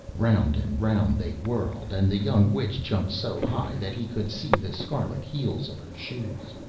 round and round they whirled, and the young witch jumped so high that he could see the scarlet heels of her shoes.